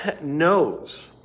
knows